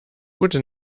gute